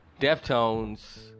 Deftones